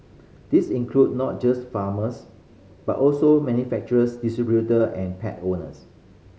this include not just farmers but also manufacturers distributor and pet owners